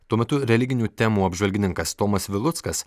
tuo metu religinių temų apžvalgininkas tomas viluckas